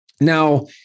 Now